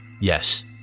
Yes